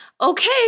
Okay